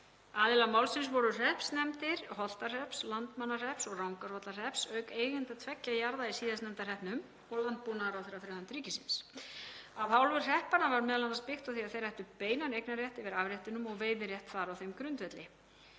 Aðilar málsins voru hreppsnefndir Holtahrepps, Landmannahrepps og Rangárvallahrepps auk eigenda tveggja jarða í síðastnefnda hreppnum, og landbúnaðarráðherra fyrir hönd ríkisins. Af hálfu hreppanna var m.a. byggt á því að þeir ættu beinan eignarrétt yfir afréttunum og veiðirétt þar á þeim grundvelli.